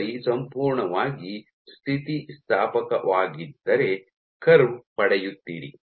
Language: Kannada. ಮಾದರಿ ಸಂಪೂರ್ಣವಾಗಿ ಸ್ಥಿತಿಸ್ಥಾಪಕವಾಗಿದ್ದರೆ ಕರ್ವ್ ಪಡೆಯುತ್ತೀರಿ